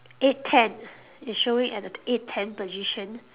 eight ten it's showing at the eight ten position